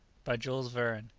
by jules verne.